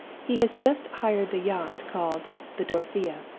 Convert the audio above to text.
he has just hired the yacht called the dorothea,